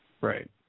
right